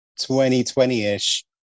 2020-ish